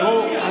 תראו,